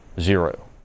Zero